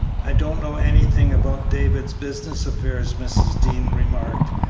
i don't know anything about david's business affairs, mrs. dean remarked,